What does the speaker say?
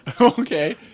Okay